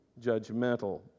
judgmental